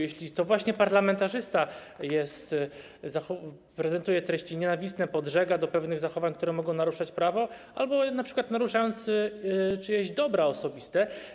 Jeśli to właśnie parlamentarzysta prezentuje treści nienawistne, podżega do pewnych zachowań, które mogą naruszać prawo, albo np. narusza czyjeś dobra osobiste.